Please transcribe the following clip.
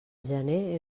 gener